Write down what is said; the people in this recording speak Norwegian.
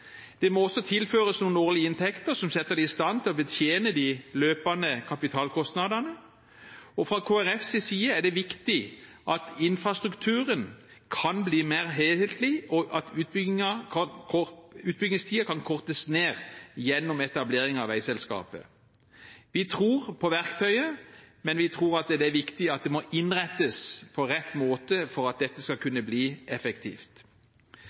Det må også tilføres noen årlige inntekter som setter dem i stand til å betjene de løpende kapitalkostnadene, og fra Kristelig Folkepartis side er det viktig at infrastrukturen kan bli mer helhetlig, og at utbyggingstiden kan kortes ned gjennom etablering av veiselskapet. Vi tror på verktøyet, men vi tror det er viktig at det innrettes på rett måte for at dette skal kunne bli effektivt.